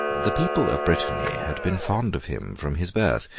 the people of brittany had been fond of him from his birth,